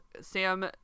Sam